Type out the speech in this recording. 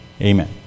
Amen